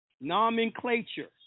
Nomenclature